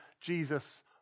Jesus